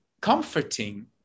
comforting